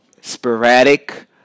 Sporadic